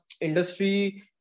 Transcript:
industry